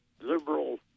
liberal